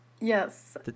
Yes